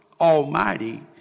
Almighty